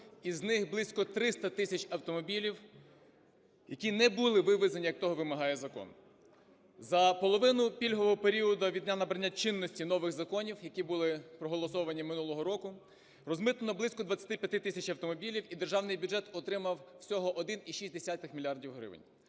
із них близько 300 тисяч автомобілів, які не були вивезені, як того вимагає закон. За половину пільгового періоду від дня набрання чинності нових законів, які були проголосовані минулого року, розмитнено близько 25 тисяч автомобілів. І державний бюджет отримав всього 1,6 мільярда